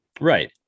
Right